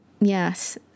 Yes